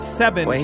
seven